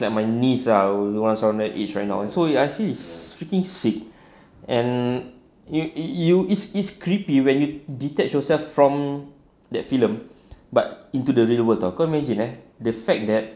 it's my niece ah ones from that age right now so I feel it's freaking sick and you you it's creepy when you detach yourself from that film but into the real world [tau] kau imagine eh the fact that